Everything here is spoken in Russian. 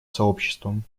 сообществом